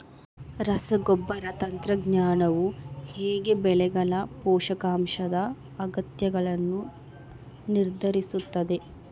ರಸಗೊಬ್ಬರ ತಂತ್ರಜ್ಞಾನವು ಹೇಗೆ ಬೆಳೆಗಳ ಪೋಷಕಾಂಶದ ಅಗತ್ಯಗಳನ್ನು ನಿರ್ಧರಿಸುತ್ತದೆ?